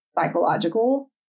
psychological